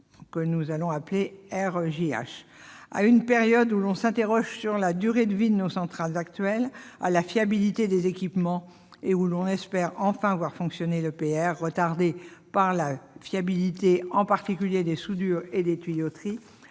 que j'appellerai RJH. À une période où l'on s'interroge sur la durée de vie de nos centrales actuelles, sur la fiabilité des équipements et où l'on espère enfin voir fonctionner l'EPR retardé par la fiabilité de soudures et de tuyauteries,